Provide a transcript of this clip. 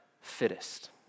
fittest